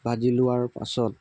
ভাজি লোৱাৰ পাছত